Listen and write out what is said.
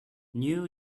new